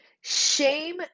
Shame